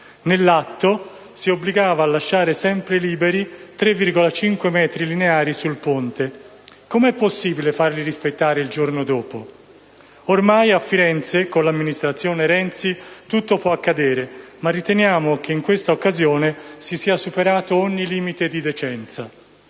Nell'atto si obbligava a lasciare sempre liberi 3,5 metri lineari sul ponte: com'è possibile farli rispettare il giorno dopo? Ormai a Firenze, con l'amministrazione Renzi, tutto può accadere, ma riteniamo che in questa occasione si sia superato ogni limite di decenza.